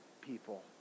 people